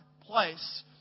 place